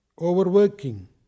overworking